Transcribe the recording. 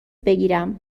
بگیرم